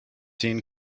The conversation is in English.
seen